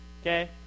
Okay